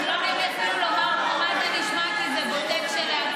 אני לא עומדת אפילו לומר כמו מה זה נשמע כי זה בוטה לכשעצמו.